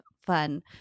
fun